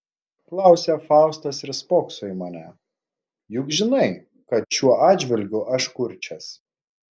klausia faustas ir spokso į mane juk žinai kad šiuo atžvilgiu aš kurčias